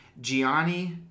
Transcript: Gianni